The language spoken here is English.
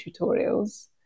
tutorials